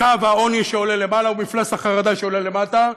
קו העוני, שעולה למעלה, ומפלס החרדה, שיורד למטה,